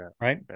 right